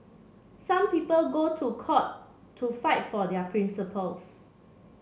some people go to court to fight for their principles